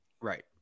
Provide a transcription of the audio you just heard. Right